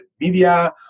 media